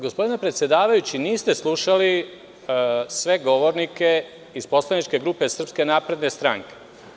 Gospodine predsedavajući, niste slušali sve govornike iz poslaničke grupe Srpske napredne stranke.